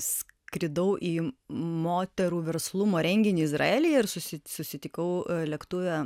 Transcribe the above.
skridau į moterų verslumo renginį izraelyje ir susi susitikau lėktuve